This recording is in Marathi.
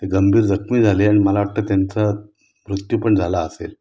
ते गंभीर जखमी झाली आणि मला वाटतं त्यांचां मृत्यू पण झाला असेल